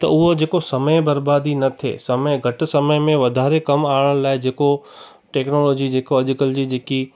त उहो जेको समय बर्बादी न थिए समय घटि समय में वधारे कमु आणण लाइ जेको टेक्नोलोजी जेको अॼुकल्ह जी जेकी